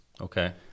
Okay